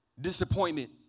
disappointment